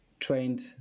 trained